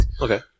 Okay